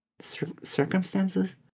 Circumstances